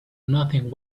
nothing